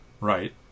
Right